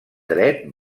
dret